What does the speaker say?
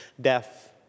death